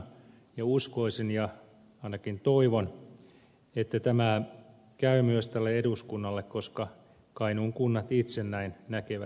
ja uskoisin ja ainakin toivon että tämä käy myös tälle eduskunnalle koska kainuun kunnat itse näin näkevät järkevänä